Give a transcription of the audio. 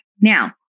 Now